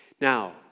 Now